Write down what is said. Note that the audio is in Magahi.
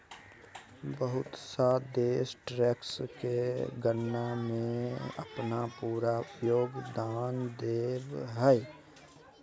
बहुत सा देश टैक्स के गणना में अपन पूरा योगदान देब हइ